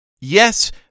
Yes